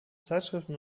zeitschriften